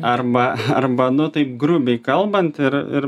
arba arba nu taip grubiai kalbant ir ir